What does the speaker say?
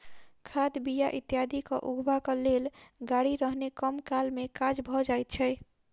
खाद, बीया इत्यादि उघबाक लेल गाड़ी रहने कम काल मे काज भ जाइत छै